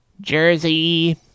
Jersey